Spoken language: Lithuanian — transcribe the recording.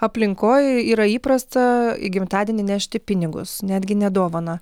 aplinkoj yra įprasta į gimtadienį nešti pinigus netgi ne dovaną